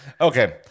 okay